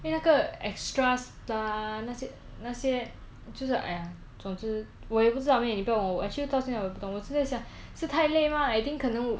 因为那个 extra star 那些那些就是 !aiya! 总之我也不知道妹你不要问我 actually 到现在我也不懂我真的想是太累吗 I think 可能